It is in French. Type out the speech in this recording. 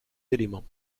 éléments